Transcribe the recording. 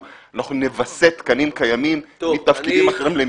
לווסת תקנים קיימים מתפקידים אחרים.